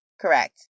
Correct